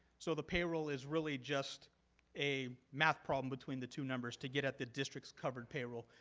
so the payroll is really just a math problem between the two numbers to get at the districts covered payroll.